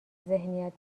ذهنیت